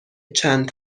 چند